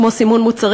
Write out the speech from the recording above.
כמו סימון מוצרים,